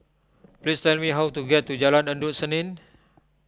please tell me how to get to Jalan Endut Senin